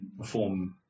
perform